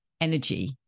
energy